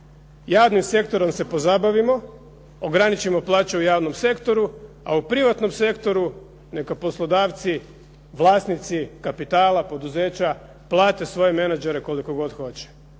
Javnim sektorom se pozabavimo, ograničimo plaće u javnom sektoru, a u privatnom sektoru neka poslodavci, vlasnici kapitala, poduzeća plate svoje menadžere koliko god hoće,